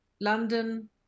london